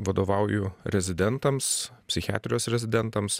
vadovauju rezidentams psichiatrijos rezidentams